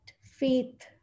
faith